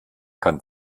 kann